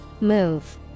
Move